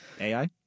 ai